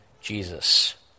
Jesus